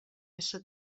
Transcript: ésser